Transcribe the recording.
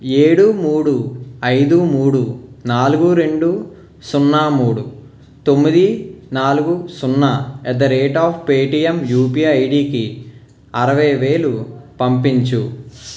ఏడు మూడు ఐదు మూడు నాలుగు రెండు సున్నా మూడు తొమ్మిది నాలుగు సున్నా at the rate of Paytm UPI ఐడికి అరవై వేలు పంపించు